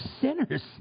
sinners